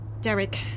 Derek